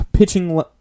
pitching